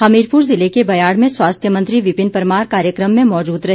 हमीरपुर जिले के बयाड़ में स्वास्थ्य मंत्री विपिन परमार कार्यक्रम में मौजूद रहे